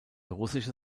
russische